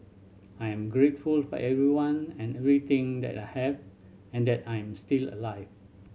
I am grateful for everyone and everything that I have and that I'm still alive